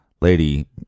lady